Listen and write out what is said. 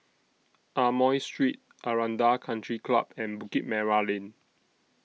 Amoy Street Aranda Country Club and Bukit Merah Lane